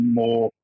more